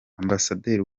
ambasaderi